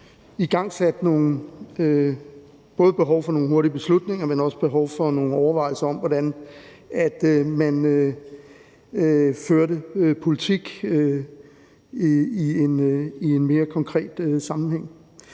igangsat behov for nogle hurtige beslutninger, men også behov for nogle overvejelser om, hvordan man førte politik i en mere konkret sammenhæng.